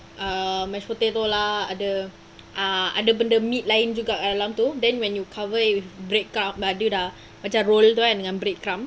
err mashed potato lah ada ah ada benda meat lain dalam tu then when you cover it with bread ke madeira macam roll dengan tu kan bread crumb